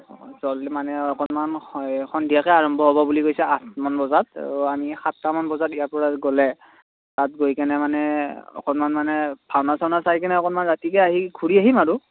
জল্ডি মানে অকণমান সন্ধিয়াকৈ আৰম্ভ হ'ব বুলি কৈছে আঠমান বজাত আমি সাতটামান বজাত ইয়াৰ পৰা গ'লে তাত গৈ কেনে মানে অকণমান মানে ভাওনা চাওনা চাই কেনে অকণমান ৰাতিকৈ আহি ঘূৰি আহিম আৰু